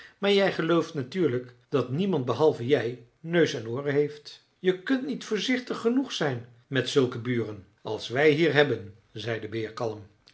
maar jij gelooft natuurlijk dat niemand behalve jij neus en ooren heeft je kunt niet voorzichtig genoeg zijn met zulke buren als wij hier hebben zei de beer kalm